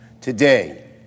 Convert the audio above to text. today